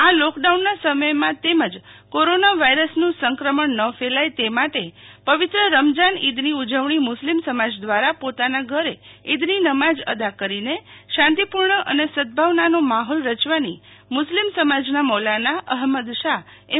આ લોકડાઉનના સમયમાં તેમજ કોરોના વાયરસનું સંક્રમણ ન ફેલાય તે માટે પવિત્ર રમજાન ઈદની ઉજવણી મુસ્લીમ સમાજ દ્વારા પોતાના ઘરે ઇદની નમાજ અદા કરીને શાંતિપૂર્ણ અને સદભાવનાના માહોલમાં થાય તે માટે મ્રસ્લિમ સમાજના મૌલાના અહમદશા એમ